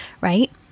Right